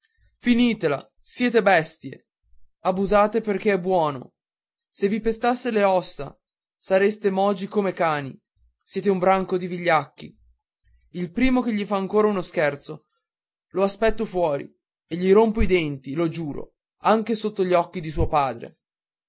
finitela siete bestie abusate perché è buono se vi pestasse le ossa stareste mogi come cani siete un branco di vigliacchi il primo che gli fa ancora uno scherno lo aspetto fuori e gli rompo i denti lo giuro anche sotto gli occhi di suo padre